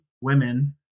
women